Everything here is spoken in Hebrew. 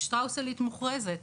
שטראוס-עלית מוכרזת.